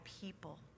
people